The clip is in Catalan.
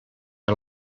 per